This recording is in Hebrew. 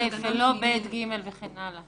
ש': (א), לא (ב), (ג) וכן הלאה.